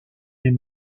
des